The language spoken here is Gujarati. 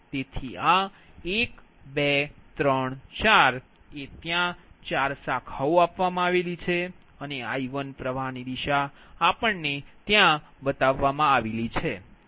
તેથી આ 1 2 3 4 એ ત્યાં 4 શાખાઓ છે અને I1 પ્રવાહની દિશા બતાવવામાં આવી છે